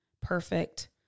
perfect